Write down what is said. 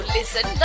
Listen